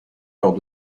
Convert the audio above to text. lors